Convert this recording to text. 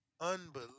Unbelievable